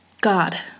God